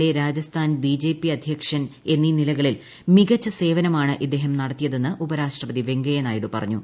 A Rajasthan BJP അദ്ധ്യക്ഷൻ എന്നീ നിലകളിൽ മികച്ച സേവനമാണ് ഇദ്ദേഹം നടത്തിയതെന്ന് ഉപരാഷ്ട്രപതി വെങ്കയ്യനായിഡു പറഞ്ഞു